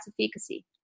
efficacy